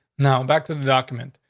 now, back to the document.